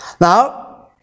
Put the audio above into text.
Now